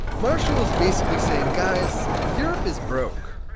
marshall is basically saying, guys, europe is broke,